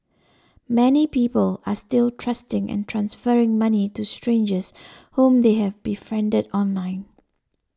many people are still trusting and transferring money to strangers whom they have befriended online